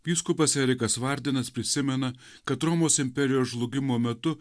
vyskupas erikas vardenas prisimena kad romos imperijos žlugimo metu